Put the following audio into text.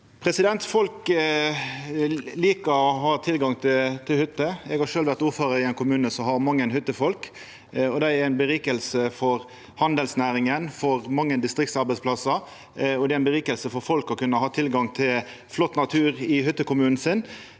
hyttebygging. Folk likar å ha tilgang til hytte. Eg har sjølv vore ordførar i ein kommune som har mange hyttefolk. Dei er berikande for handelsnæringa og for mange distriktsarbeidsplassar, og det er berikande for folk å kunna ha tilgang til flott natur i hyttekommunen sin.